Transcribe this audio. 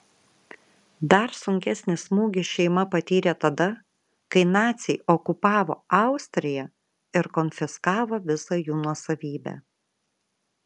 dar sunkesnį smūgį šeima patyrė tada kai naciai okupavo austriją ir konfiskavo visą jų nuosavybę